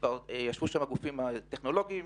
ישבו שם הגופים הטכנולוגים,